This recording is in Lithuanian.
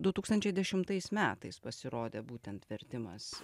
du tūkstančiai dešimtais metais pasirodė būtent vertimas